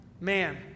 man